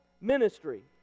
ministry